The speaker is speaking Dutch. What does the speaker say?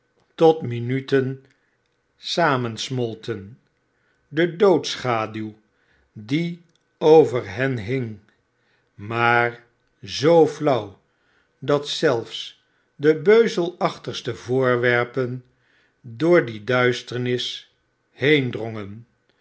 tot mmuten samensmolten de doodsschaduw die over hen hing maar zoo flauw dat zelfs de beuzelachtigste voorwerpen door die duisternis heendrongen